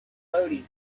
lodi